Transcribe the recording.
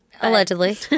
Allegedly